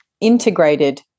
integrated